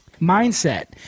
mindset